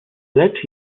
lecz